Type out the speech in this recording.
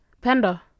Panda